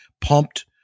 pumped